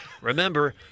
Remember